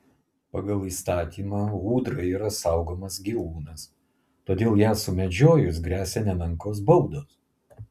pagal įstatymą ūdra yra saugomas gyvūnas todėl ją sumedžiojus gresia nemenkos baudos